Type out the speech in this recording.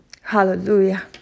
Hallelujah